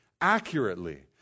accurately